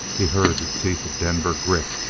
he heard the teeth of denver grit,